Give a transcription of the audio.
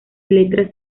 letras